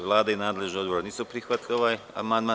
Vlada i nadležni odbor nisu prihvatili ovaj amandman.